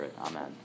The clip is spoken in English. Amen